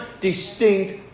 distinct